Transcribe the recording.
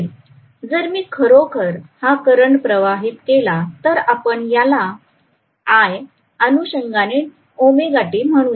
जर मी खरोखर हा करंट प्रवाहित केला तर आपण याला Ia अनुषंगाने ωt म्हणूयात